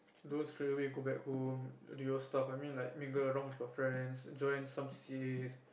those straight away go back home do your stuffs I mean like mingle around with your friends and join some C_C_A